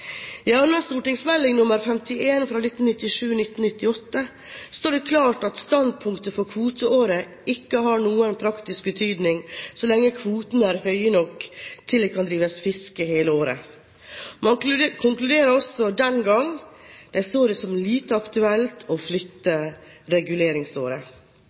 annen stortingsmelding, St.meld. nr. 51 for 1997–1998, står det klart at startpunktet for kvoteåret ikke har noen praktisk betydning så lenge kvotene er høye nok til at det kan drives fiske hele året. Man konkluderte også den gang med at man så det som lite aktuelt å flytte reguleringsåret.